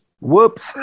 whoops